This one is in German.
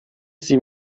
sie